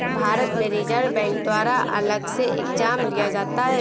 भारत में Reserve Bank द्वारा अलग से एग्जाम लिया जाता है